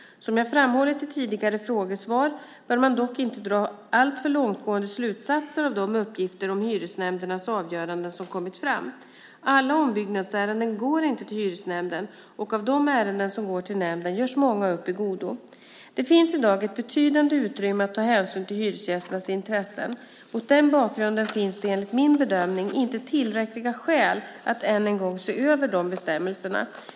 Som jag har framhållit i tidigare frågesvar bör man dock inte dra alltför långtgående slutsatser av de uppgifter om hyresnämndens avgöranden som kommit fram. Alla ombyggnadsärenden går inte till hyresnämnden, och av de ärenden som går till nämnden görs många upp i godo. Det finns i dag ett betydande utrymme att ta hänsyn till hyresgästernas intressen. Mot den bakgrunden finns det enligt min bedömning inte tillräckliga skäl att än en gång se över bestämmelserna.